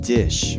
dish